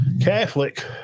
catholic